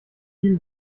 viel